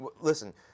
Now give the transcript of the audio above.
listen